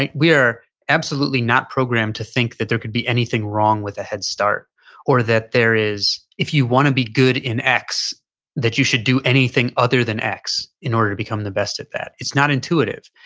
we are absolutely not programmed to think that there could be anything wrong with a headstart or that there is, if you want to be good in x that you should do anything other than x in order to become the best at that. it's not intuitive.